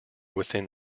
within